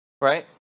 right